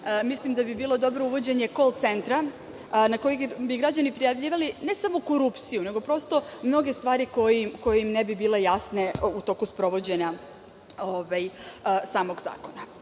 ovog zakona, to je uvođenje kol-centra na koji bi građani prijavljivali ne samo korupciju, nego i mnoge stvari koje im ne bi bile jasne u toku sprovođenja samog zakona. Što